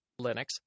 Linux